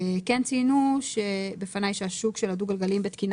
הם ציינו בפני שהשוק של הדו גלגלי בתקינה